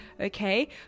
Okay